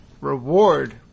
reward